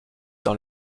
dans